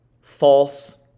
false